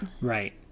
Right